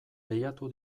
lehiatu